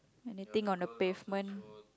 anything on the pavement